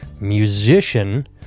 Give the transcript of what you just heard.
musician